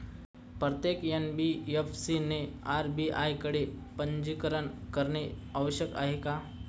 प्रत्येक एन.बी.एफ.सी ने आर.बी.आय कडे पंजीकरण करणे आवश्यक आहे का?